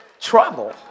trouble